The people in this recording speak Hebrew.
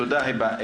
תודה, היבה.